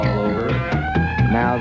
Now